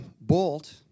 bolt